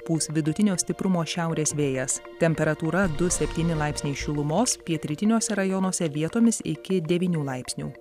pūs vidutinio stiprumo šiaurės vėjas temperatūra du septyni laipsniai šilumos pietrytiniuose rajonuose vietomis iki devynių laipsnių